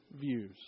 views